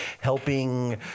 helping